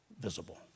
visible